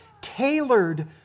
tailored